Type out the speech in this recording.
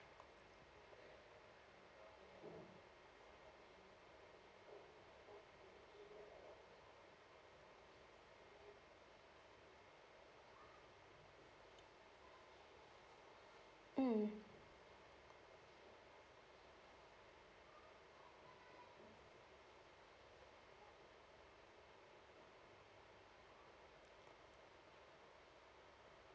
mm